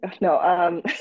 No